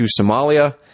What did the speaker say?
Somalia